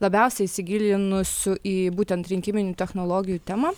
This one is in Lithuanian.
labiausiai įsigilinusių į būtent rinkiminių technologijų temą